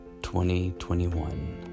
2021